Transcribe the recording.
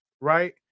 right